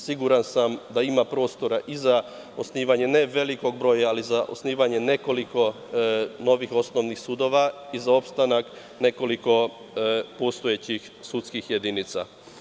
Siguran sa da ima prostora za osnivanje ne velikog broja, ali za osnivanje nekoliko novih osnovnih sudova i za opstanak nekoliko postojećih sudskih jedinica.